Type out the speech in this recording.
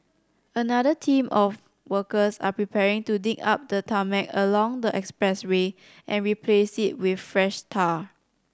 another team of workers are preparing to dig up the tarmac along the expressway and replace it with fresh tar